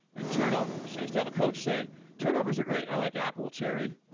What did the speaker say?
and turnovers so you to have a coach say turnovers are great. i like apple cherry.